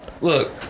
Look